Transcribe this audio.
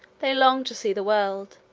they long to see the world,